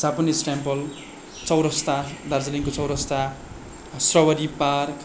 Japanese temple चौरस्ता दार्जिलिङको चौरस्ता स्रवरी पार्क